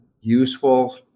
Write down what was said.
useful